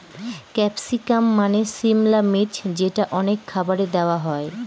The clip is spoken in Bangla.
ক্যাপসিকাম মানে সিমলা মির্চ যেটা অনেক খাবারে দেওয়া হয়